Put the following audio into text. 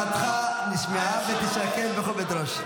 הצעתך נשמעה ותישקל בכובד ראש.